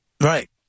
Right